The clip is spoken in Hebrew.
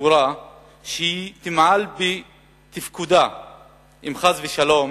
סבורה שהיא תמעל בתפקידה אם חס ושלום